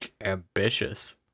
Ambitious